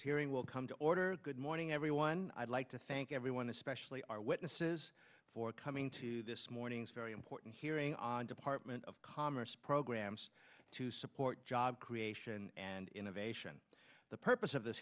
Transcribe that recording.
hearing will come to order good morning everyone i'd like to thank everyone especially our witnesses for coming to this morning's very important hearing on department of commerce programs to support job creation and innovation the purpose of this